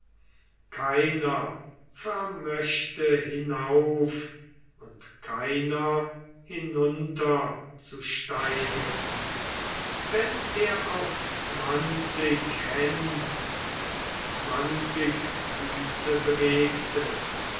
keiner vermöchte hinauf und keiner hinunter zu steigen wenn er auch zwanzig händ und zwanzig füße bewegte